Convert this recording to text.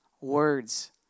words